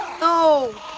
No